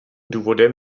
důvodem